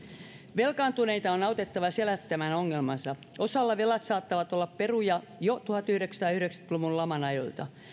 velkaantuneita on autettava selättämään ongelmansa osalla velat saattavat olla peruja jo tuhatyhdeksänsataayhdeksänkymmentä luvun laman ajoilta